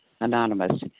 Anonymous